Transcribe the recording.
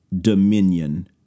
dominion